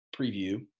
preview